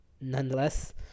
nonetheless